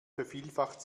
vervielfacht